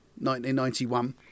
1991